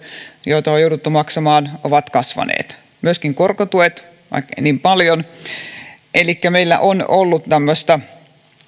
joita on jouduttu maksamaan ovat kasvaneet myöskin korkotuet vaikkeivät niin paljon elikkä meillä on ollut tämmöistä